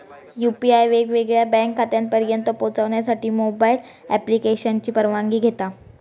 UPI वेगवेगळ्या bank खात्यांपर्यंत पोहचण्यासाठी मोबाईल ॲप्लिकेशनची परवानगी घेता